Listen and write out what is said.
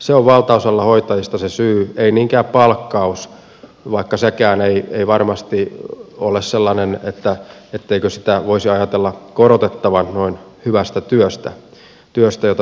se on valtaosalla hoitajista se syy ei niinkään palkkaus vaikka sekään ei varmasti ole sellainen etteikö sitä voisi ajatella korotettavan noin hyvästä työstä työstä jota suomi tarvitsee